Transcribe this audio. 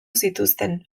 zituzten